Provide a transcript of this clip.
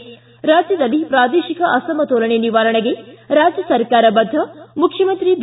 ಿ ರಾಜ್ಯದಲ್ಲಿ ಪ್ರಾದೇಶಿಕ ಅಸಮತೋಲನೆ ನಿವಾರಣೆಗೆ ರಾಜ್ಯ ಸರ್ಕಾರ ಬದ್ಧ ಮುಖ್ಯಮಂತ್ರಿ ಬಿ